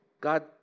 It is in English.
God